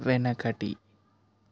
వెనకటి